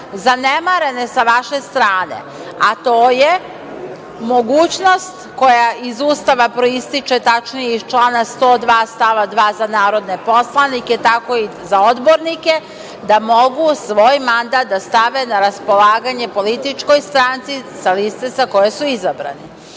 zanemarene sa vaše strane, a to je mogućnost koja iz Ustava proističe, tačnije iz člana 102. stava 2. za narodne poslanike, tako je i za odbornike, da mogu svoj mandat da stave na raspolaganje političkoj stranci sa liste sa koje su izabrani.Međutim,